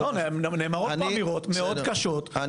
נאמרות פה אמירות מאוד קשות,